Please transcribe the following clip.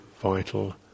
vital